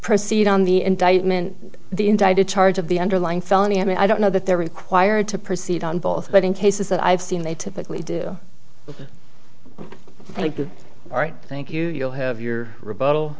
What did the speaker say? proceed on the indictment the indicted charge of the underlying felony i mean i don't know that they're required to proceed on both but in cases that i've seen they typically do like to write thank you you'll have your rebuttal